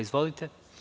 Izvolite.